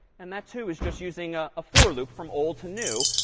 and that too is just using a for loop from old to new.